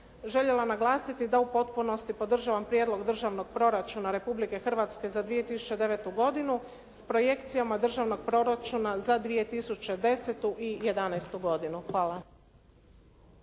željela naglasiti da u potpunosti podržavam Prijedlog državnog proračuna Republike Hrvatske za 2009. godinu s projekcijama Državnog proračuna za 2010. i 2011. godinu. Hvala.